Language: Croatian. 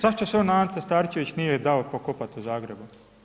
Zašto se onda Ante Starčević nije dao pokopati u Zagrebu?